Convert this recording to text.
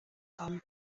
tom